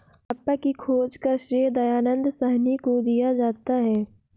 हड़प्पा की खोज का श्रेय दयानन्द साहनी को दिया जाता है